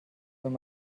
wenn